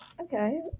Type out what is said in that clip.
okay